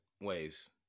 ways